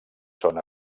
són